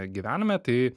gyvenime tai